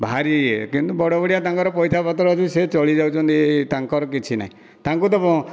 ଭାରି ଇଏ କିନ୍ତୁ ବଡ଼ ବଡ଼ିଆ ତାଙ୍କର ପଇସା ପତର ଅଛି ସେ ଚଳିଯାଉଛନ୍ତି ତାଙ୍କର କିଛି ନାହିଁ ତାଙ୍କୁ ତ